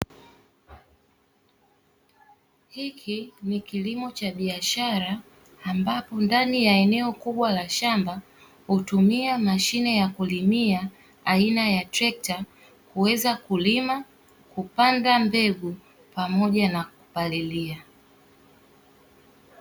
Hiki ni kilimo cha biashara ambapo ndani ya eneo kubwa la shamba hutumia mashine ya kulimia aina ya trekta kuweza kulima, kupanda mbegu pamoja na kupalilia.